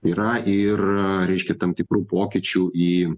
yra ir reiškia tam tikrų pokyčių į